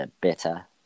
bitter